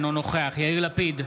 אינו נוכח יאיר לפיד,